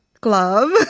glove